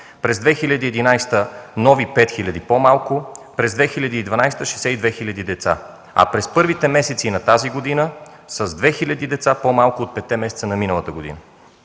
през 2011 г. – нови 5000 деца по-малко, през 2012 г. – 62 000 деца, а през първите месеци на тази година – с 2000 деца по-малко от петте месеца на миналата година.